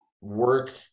work